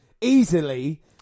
easily